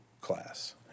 class